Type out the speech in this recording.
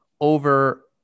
over